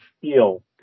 feel